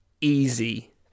easy